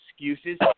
excuses